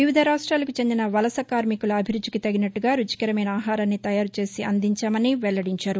వివిధ రాష్ట్లకు చెందిన వలస కార్మికుల అభిరుచికి తగినట్టగా రుచికరమైన ఆహారాన్ని తయారుచేసి అందించామని వెల్లడించారు